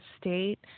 state